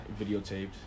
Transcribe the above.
videotaped